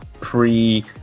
pre